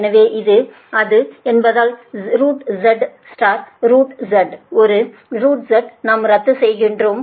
எனவே அது z என்பதால் z z ஒரு z நாம் ரத்து செய்கிறோம்